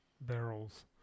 barrels